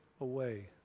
away